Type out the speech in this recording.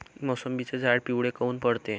मोसंबीचे झाडं पिवळे काऊन पडते?